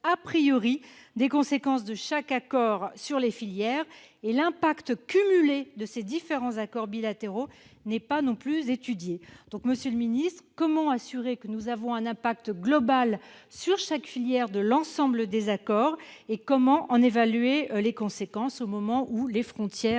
des conséquences de chaque accord sur les filières. L'effet cumulé de ces différents accords bilatéraux n'est pas non plus étudié. Monsieur le secrétaire d'État, comment assurer que nous connaissons l'impact global sur chaque filière de l'ensemble des accords et comment en évaluer les conséquences au moment où les frontières